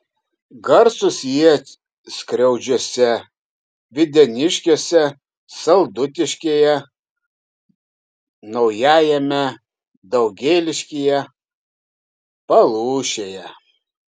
garsūs jie skriaudžiuose videniškiuose saldutiškyje naujajame daugėliškyje palūšėje